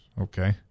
Okay